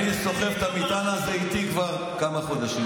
אני סוחב את המטען הזה איתי כבר כמה חודשים,